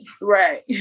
Right